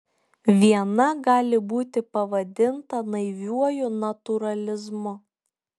viena gali būti pavadinta naiviuoju natūralizmu